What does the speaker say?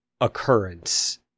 occurrence